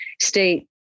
state